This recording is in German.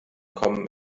kommen